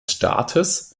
staates